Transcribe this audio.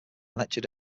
lectured